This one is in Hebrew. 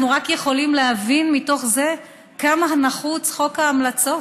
אנחנו רק יכולים להבין מתוך זה כמה נחוץ חוק ההמלצות.